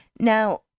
Now